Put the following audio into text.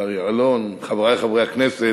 השר יעלון, חברי חברי הכנסת,